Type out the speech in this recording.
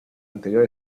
anterior